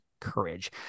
courage